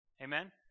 Amen